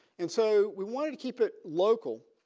and so we wanted to keep it local.